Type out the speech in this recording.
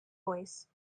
voice